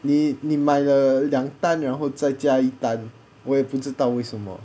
你你买了两单然后再加一单我也不知道为什么